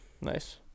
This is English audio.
Nice